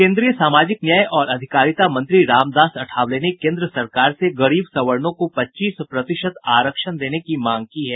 केन्द्रीय सामाजिक न्याय और अधिकारिता मंत्री रामदास अठावले ने केन्द्र सरकार से गरीब सवर्णों को पच्चीस प्रतिशत आरक्षण देने की मांग की है